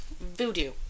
Voodoo